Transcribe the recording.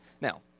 now